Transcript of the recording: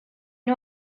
nhw